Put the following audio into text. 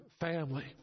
family